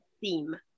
theme